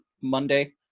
Monday